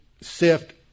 sift